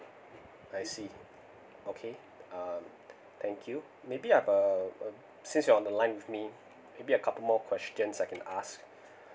I see okay uh thank you maybe I have a uh since you're on the line with me maybe a couple more questions I can ask